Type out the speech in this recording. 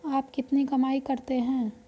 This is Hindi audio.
आप कितनी कमाई करते हैं?